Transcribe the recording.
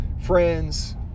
friends